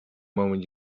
moment